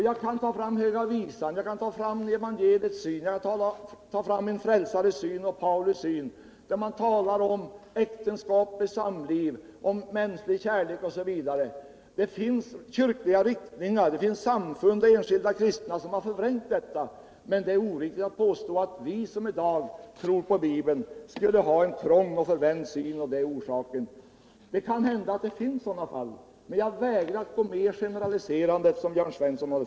Jag kan ta fram Höga visan, jag kan ta fram evangeliets syn, jag kan ta fram min frälsares syn, och jag kan ta fram Pauli syn, då han talar om äktenskap, om samliv, om mänsklig kärlek osv. Det finns kyrkliga riktningar, det finns samfund och enskilda kristna som har förvrängt detta, men det är oriktigt att påstå att vi som i dag tror på Bibeln skulle ha en trång och förvänd syn och att det är orsaken till vår inställning. Det kan hända att det finns sådana fall, men jag vägrar att gå med på de generaliseringar Jörn Svensson gör.